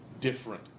different